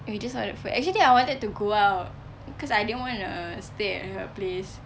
we just ordered food actually I wanted to go out cause I didn't wanna stay at her place